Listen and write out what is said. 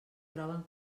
troben